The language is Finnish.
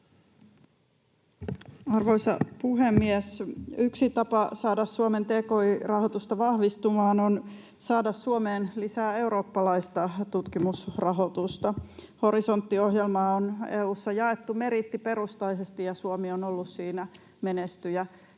Arvoisa puhemies! Yksi tapa saada Suomen tki-rahoitusta vahvistumaan on saada Suomeen lisää eurooppalaista tutkimusrahoitusta. Horisontti-ohjelmaa on EU:ssa jaettu meriittiperustaisesti, ja Suomi on ollut siinä menestyjä.